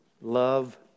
love